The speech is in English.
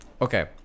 Okay